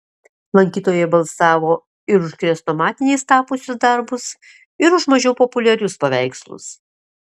lankytojai balsavo ir už chrestomatiniais tapusius darbus ir už mažiau populiarius paveikslus